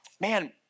Man